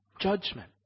judgment